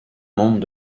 membres